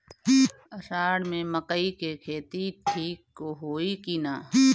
अषाढ़ मे मकई के खेती ठीक होई कि ना?